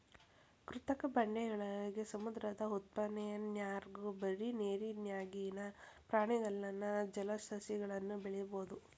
ಕೃತಕ ಬಂಡೆಯೊಳಗ, ಸಮುದ್ರದ ಉಪ್ಪನೇರ್ನ್ಯಾಗು ಬರಿ ನೇರಿನ್ಯಾಗಿನ ಪ್ರಾಣಿಗಲ್ಲದ ಜಲಸಸಿಗಳನ್ನು ಬೆಳಿಬೊದು